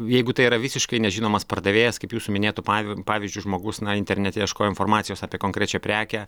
jeigu tai yra visiškai nežinomas pardavėjas kaip jūsų minėtu pavi pavyzdžiui žmogus internete ieškojo informacijos apie konkrečią prekę